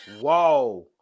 Whoa